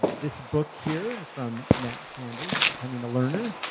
this book here from matt sanders, becoming a learner,